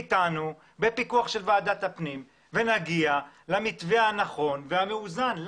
בפיקוח של וועדת הפנים ונגיע למתווה נכון והמאוזן.